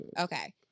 okay